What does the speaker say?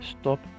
stop